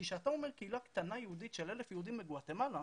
כשאתה אומר קהילה קטנה יהודית של 1,000 יהודים בגואטמלה,